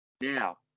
Now